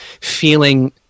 feeling